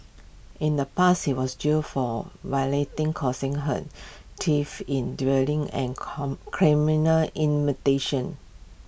in the past he was jailed for causing hurt theft in dwelling and con criminal